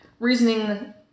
Reasoning